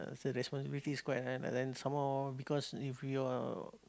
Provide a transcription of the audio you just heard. so the responsibilities quite high lah then some more because if your